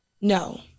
No